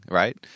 right